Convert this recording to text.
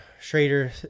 Schrader